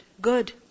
Good